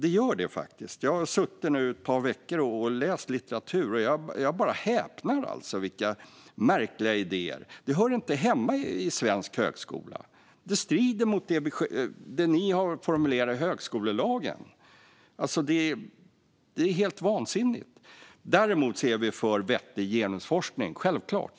Jag har nu suttit ett par veckor och läst litteratur, och jag bara häpnar över alla märkliga idéer. De hör inte hemma i svensk högskola och strider mot det ni har formulerat i högskolelagen. Det är helt vansinnigt! Däremot är vi för vettig genusforskning, självklart.